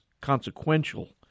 consequential